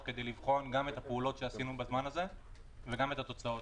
כדי לבחון את הפעולות שעשינו בזמן הזה וגם את התוצאות.